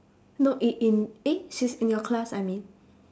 no in in eh she's in your class I mean